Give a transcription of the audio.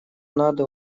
надо